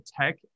tech